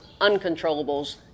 uncontrollables